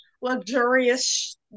luxurious